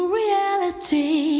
reality